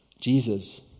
Jesus